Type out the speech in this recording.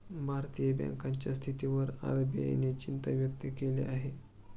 भारतीय बँकांच्या स्थितीवर आर.बी.आय ने चिंता व्यक्त केली आहे